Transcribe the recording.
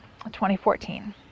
2014